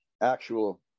actual